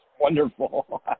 wonderful